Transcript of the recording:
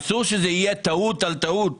אסור שזאת תהיה טעות על טעות.